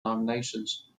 nominations